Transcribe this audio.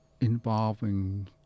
involving